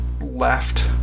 left